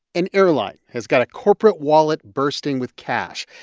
an airline has got a corporate wallet bursting with cash,